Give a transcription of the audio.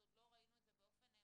אז עוד לא ראינו את זה באופן ממשי,